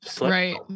Right